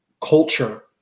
culture